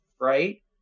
right